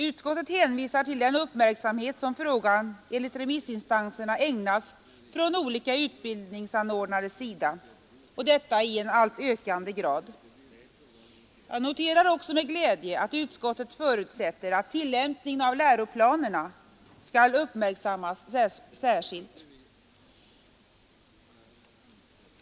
Utskottet hänvisar till den uppmärksamhet som frågan enligt remissinstanserna ägnas från olika utbildningsanordnares sida och detta i en alltmer ökande grad. Jag noterar också med glädje att utskottet förutsätter att tillämpningen av läroplanerna skall uppmärksammas särskilt.